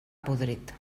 podrit